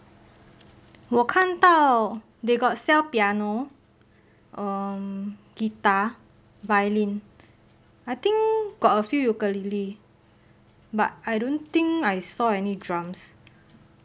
我看到 they got sell piano um guitar violin I think got a few ukulele but I don't think I saw any drums